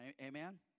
Amen